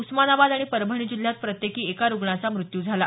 उस्मानाबाद आणि परभणी जिल्ह्यात प्रत्येकी एका रुग्णाचा मृत्यू झाला